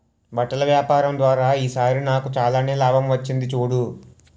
బట్టల వ్యాపారం ద్వారా ఈ సారి నాకు చాలానే లాభం వచ్చింది చూడు